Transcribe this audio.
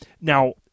now